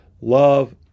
love